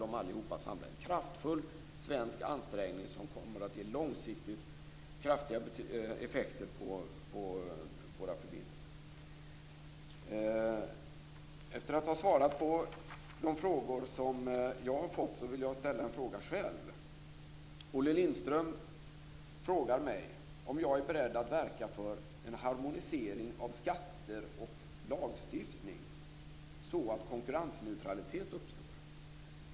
Det är en kraftfull svensk ansträngning som kommer att ge långsiktigt kraftiga effekter på våra förbindelser. Efter att ha svarat på de frågor som jag har fått vill jag själv ställa en fråga. Olle Lindström frågar mig om jag är beredd att verka för en harmonisering av skatter och lagstiftning, så att konkurrensneutralitet uppstår.